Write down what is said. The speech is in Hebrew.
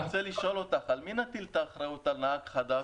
אני רוצה לשאול אותך: על מי נטיל את האחריות על נהג חדש